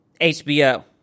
HBO